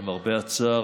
למרבה הצער,